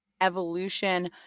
evolution